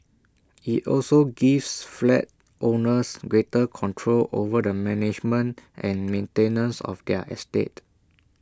IT also gives flat owners greater control over the management and maintenance of their estate